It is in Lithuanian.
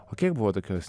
o kiek buvo tokios